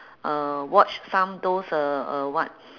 uh watch some those uh uh what